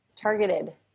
Targeted